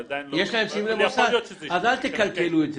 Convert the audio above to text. אל תקלקלו את זה.